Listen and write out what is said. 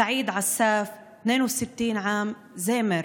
סעיד עסאף, 62, זמר,